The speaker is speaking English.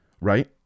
right